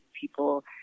People